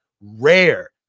rare